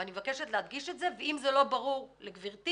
ואני מבקשת להדגיש את זה ואם זה לא ברור לגבירתי,